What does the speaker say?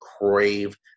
crave